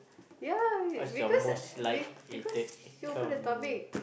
yeah because because she open the topic